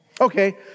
Okay